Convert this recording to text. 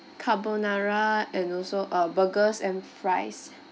carbonara and also uh burgers and fries